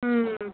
ம்